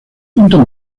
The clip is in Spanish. punto